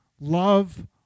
love